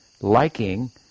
liking